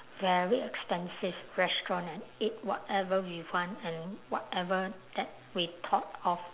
very expensive restaurant and eat whatever we want and whatever that we thought of